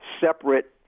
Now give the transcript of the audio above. separate